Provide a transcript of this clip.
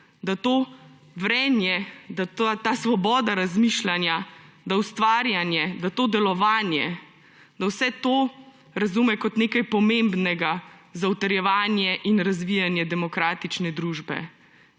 to vrenje, to svobodo razmišljanja, ustvarjanje, to delovanje, vse to razume kot nekaj pomembnega za utrjevanje in razvijanje demokratične družbe.